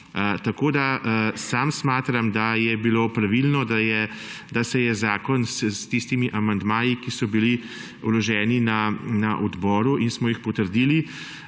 slišati. Sam smatram, da je bilo pravilno, da se je zakon s tistimi amandmaji, ki so bili vloženi na odboru in smo jih potrdili,